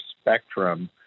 spectrum